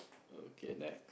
oh okay next